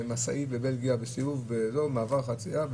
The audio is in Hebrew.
משאית במעבר חצייה,